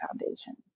foundation